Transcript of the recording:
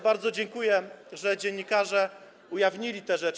Bardzo dziękuję, że dziennikarze ujawnili te rzeczy.